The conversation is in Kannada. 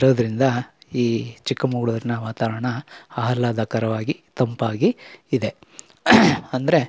ಇರೋದರಿಂದ ಈ ಚಿಕ್ಕಮಗಳೂರಿನ ವಾತಾವರಣ ಆಹ್ಲಾದಕರವಾಗಿ ತಂಪಾಗಿ ಇದೆ ಅಂದರೆ